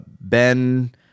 Ben